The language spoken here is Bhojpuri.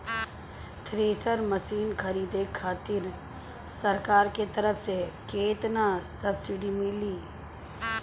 थ्रेसर मशीन खरीदे खातिर सरकार के तरफ से केतना सब्सीडी मिली?